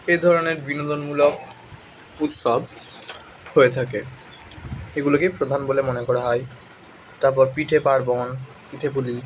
এই ধরনের বিনোদনমূলক উৎসব হয়ে থাকে এগুলোকেই প্রধান বলে মনে করা হয় তারপর পিঠে পার্বণ পিঠেপুলি